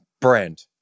brand